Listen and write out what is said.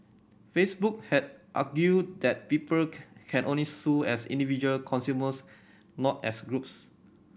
Facebook had argued that people can only sue as individual consumers not as groups